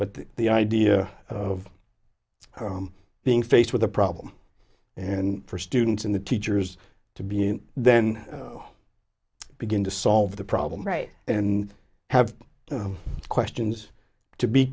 but the idea of being faced with a problem and for students and the teachers to be in then begin to solve the problem right and have questions to be